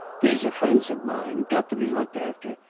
these are friends of mine got to be looked after.